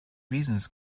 reasons